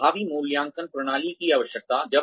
प्रभावी मूल्यांकन प्रणाली की आवश्यकताएं